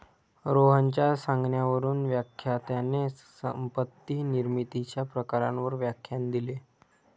रोहनच्या सांगण्यावरून व्याख्यात्याने संपत्ती निर्मितीच्या प्रकारांवर व्याख्यान दिले